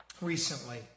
recently